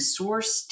sourced